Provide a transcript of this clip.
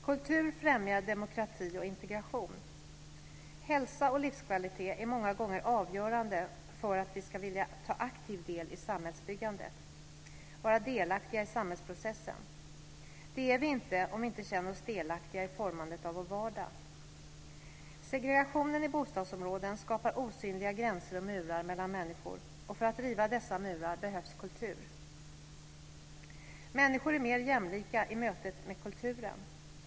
Kultur främjar demokrati och integration. Hälsa och livskvalitet är många gånger avgörande för att vi ska vilja ta aktiv del i samhällsbyggandet och vara delaktiga i samhällsprocessen. Det är vi inte om vi inte känner oss delaktiga i formandet av vår vardag. Segregationen i bostadsområden skapar osynliga gränser och murar mellan människor, och för att riva dessa murar behövs kultur. Människor är mer jämlika i mötet med kulturen.